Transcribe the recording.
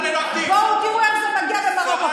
בואו תראו איך זה מגיע במרוקו.